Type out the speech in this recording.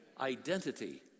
Identity